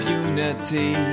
unity